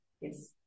yes